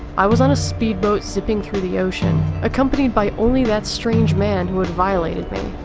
i was on a speedboat zipping through the ocean, accompanied by only that strange man who had violated me.